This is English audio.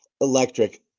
Electric